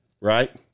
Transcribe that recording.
right